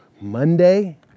Monday